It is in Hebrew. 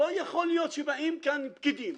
לא יכול להיות שבאים לכאן פקידים,